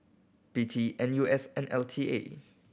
P T N U S and L T A